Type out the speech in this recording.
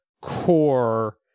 core